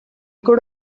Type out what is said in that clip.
could